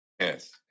Yes